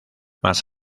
más